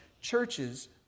churches